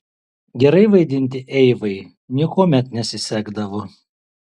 gerai vaidinti eivai niekuomet nesisekdavo